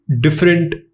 different